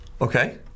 Okay